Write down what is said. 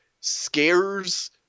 Scares